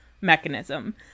mechanism